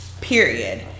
period